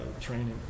training